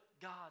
god